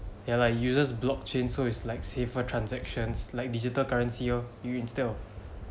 ya lah uses block chain so it's like safer transactions like digital currency orh you instead of